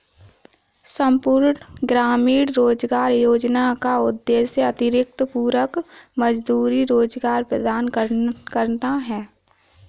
संपूर्ण ग्रामीण रोजगार योजना का उद्देश्य अतिरिक्त पूरक मजदूरी रोजगार प्रदान करना है